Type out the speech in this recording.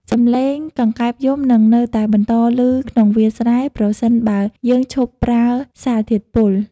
សម្លេងកង្កែបយំនឹងនៅតែបន្តឮក្នុងវាលស្រែ ប្រសិនបើយើងឈប់ប្រើសារធាតុពុល។